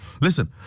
Listen